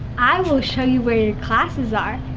i will show you where your classes are.